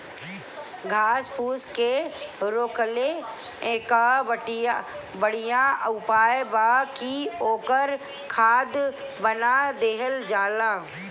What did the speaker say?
घास फूस के रोकले कअ बढ़िया उपाय बा कि ओकर खाद बना देहल जाओ